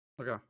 okay